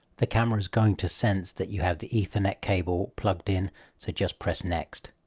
the camera's going to sense that you have the ethernet cable plugged in so just press next.